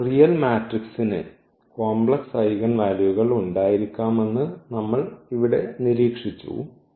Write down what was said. ഒരു റിയൽ മാട്രിക്സിന് complex eigen വാല്യൂകൾ ഉണ്ടായിരിക്കാമെന്ന് നമ്മൾ ഇവിടെ നിരീക്ഷിച്ചു